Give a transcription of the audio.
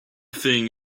thing